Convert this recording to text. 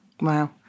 Wow